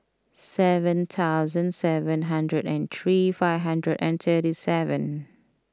seven thousand seven hundred and three five hundred and thirty seven